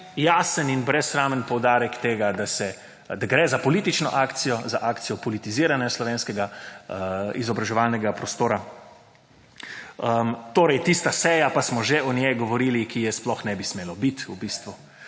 jasen in brezsramen poudarek tega, da gre za politično akcijo, za akcijo politiziranja slovenskega izobraževalnega prostora. Torej tista seja, pa smo že o njej govorili, ki je sploh ne bi smelo biti v bistvu,